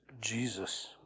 Jesus